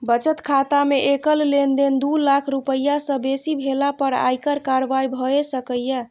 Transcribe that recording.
बचत खाता मे एकल लेनदेन दू लाख रुपैया सं बेसी भेला पर आयकर कार्रवाई भए सकैए